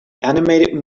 animated